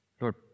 Lord